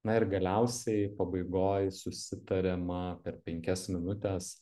na ir galiausiai pabaigoj susitariama per penkias minutes